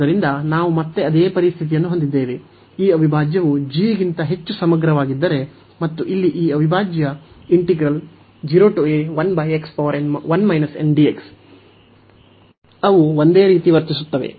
ಆದ್ದರಿಂದ ನಾವು ಮತ್ತೆ ಅದೇ ಪರಿಸ್ಥಿತಿಯನ್ನು ಹೊಂದಿದ್ದೇವೆ ಈ ಅವಿಭಾಜ್ಯವು g ಗಿಂತ ಹೆಚ್ಚು ಸಮಗ್ರವಾಗಿದ್ದರೆ ಮತ್ತು ಇಲ್ಲಿ ಈ ಅವಿಭಾಜ್ಯ ಅವು ಒಂದೇ ರೀತಿ ವರ್ತಿಸುತ್ತವೆ